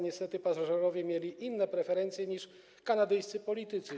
Niestety pasażerowie mieli inne preferencje niż kanadyjscy politycy.